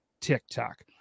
TikTok